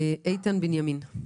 איתן בנימין,